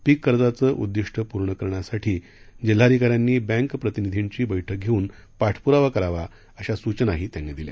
पीक कर्जाचं उद्दिष्ट पूर्ण करण्यासाठी जिल्हाधिकाऱ्यांनी बँक प्रतिनिधींची बळक घेऊन पाठपुरावा करावा अशा सूचनाही त्यांनी दिल्या